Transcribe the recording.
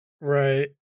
Right